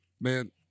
man